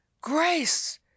grace